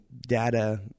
data